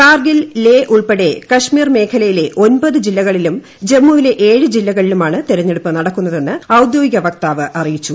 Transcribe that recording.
കാർഗിൽ ലേ ഉൾപ്പെടെ കശ്മീർ മേഖലയിലെ ഒൻപത് ജില്ലകളിലും ജമ്മുവിലെ ഏഴ് ജില്ലകളിലുമാണ് തെരഞ്ഞെടുപ്പ് നടക്കുന്നതെന്ന് ഔദ്യോഗിക വക്താവ് അറിയിച്ചു